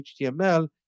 HTML